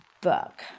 book